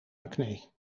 acne